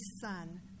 son